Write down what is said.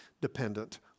dependent